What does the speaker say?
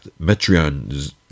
Metrion